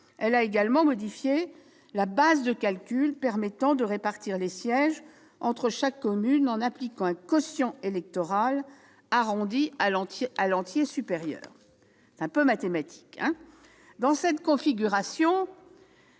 Elle a également modifié la base de calcul permettant de répartir les sièges entre chaque commune, en appliquant un quotient électoral arrondi à l'entier supérieur. Dans cette configuration,